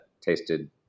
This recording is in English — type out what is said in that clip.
tasted